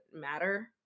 matter